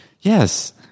Yes